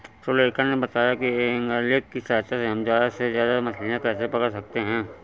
सुलेखा ने बताया कि ऐंगलिंग की सहायता से हम ज्यादा से ज्यादा मछलियाँ कैसे पकड़ सकते हैं